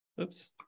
Oops